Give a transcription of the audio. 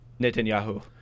Netanyahu